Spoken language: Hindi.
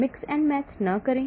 मिक्स एंड मैच न करें